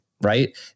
right